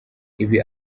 ibi